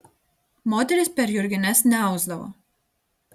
moterys per jurgines neausdavo